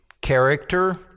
character